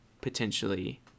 potentially